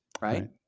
right